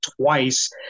twice